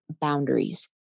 boundaries